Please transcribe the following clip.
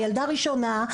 ילדה ראשונה,